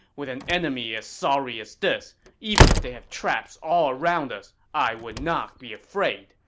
with an enemy as sorry as this, even if they have traps all around us, i would not be afraid!